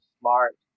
smart